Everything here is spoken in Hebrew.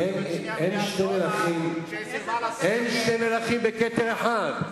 איזה, אם אתם הייתם, אין שני מלכים בכתר אחד.